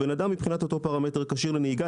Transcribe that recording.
האדם מבחינת אותו פרמטר כשיר לנהיגה,